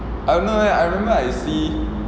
oh no leh I remember I see